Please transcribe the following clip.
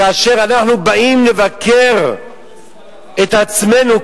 כאשר אנחנו באים לבקר את עצמנו,